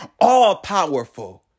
all-powerful